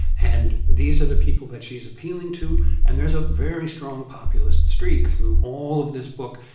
and these are the people that she's appealing to. and there's a very strong populist streak through all of this book.